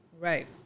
Right